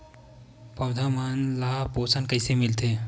पौधा मन ला पोषण कइसे मिलथे?